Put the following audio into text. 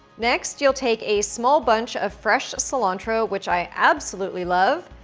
next, you'll take a small bunch of fresh cilantro, which i absolutely love,